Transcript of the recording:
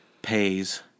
Pays